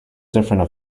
different